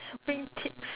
to bring tips